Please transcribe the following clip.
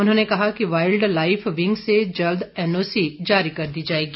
उन्होंने कहा कि वाइल्ड लाइफ विंग से जल्द एनओसी जारी कर दी जाएगी